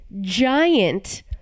giant